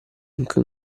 anche